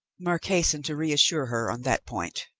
mark hastened to reassure her on that point,